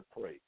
pray